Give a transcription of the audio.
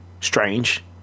strange